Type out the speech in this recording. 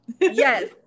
Yes